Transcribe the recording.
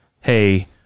Hey